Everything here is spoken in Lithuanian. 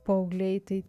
paaugliai tai